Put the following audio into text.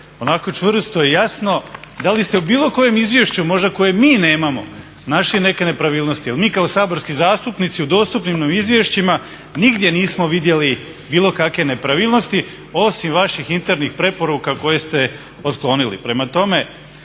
onako čvrsto i jasno da li ste u bilo kojem izvješću možda koje mi nemamo našli neke nepravilnosti, jer mi kao saborski zastupnici u dostupnim nam izvješćima nigdje nismo vidjeli bilo kake nepravilnosti osim vaših internih preporuka koje ste otklonili.